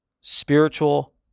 spiritual